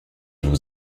vous